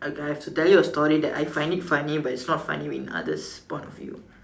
I I have to tell you a story that I find it funny but it's not funny in another's point of view